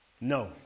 no